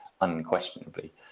unquestionably